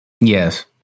Yes